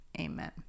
Amen